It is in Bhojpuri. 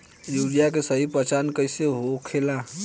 यूरिया के सही पहचान कईसे होखेला?